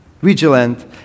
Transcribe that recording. vigilant